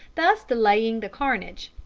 thus delaying the carnage,